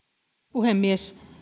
puhemies